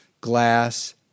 glass